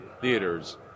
theaters